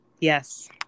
Yes